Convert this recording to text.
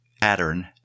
pattern